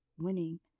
winning